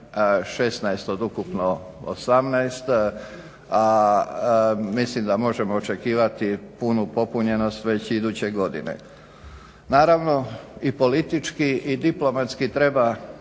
16 od ukupno 18 a mislim da možemo očekivati punu popunjenost već iduće godine. Naravno i politički i diplomatski treba